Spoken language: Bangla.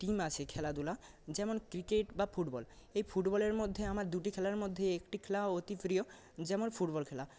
টিম আছে খেলাধুলা যেমন ক্রিকেট বা ফুটবল এই ফুটবলের মধ্যে আমার দুটি খেলার মধ্যে একটি খেলা অতি প্রিয় যেমন ফুটবল খেলা